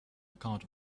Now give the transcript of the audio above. account